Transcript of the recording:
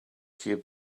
keep